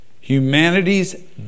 Humanity's